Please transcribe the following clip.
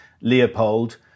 Leopold